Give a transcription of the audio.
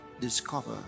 discover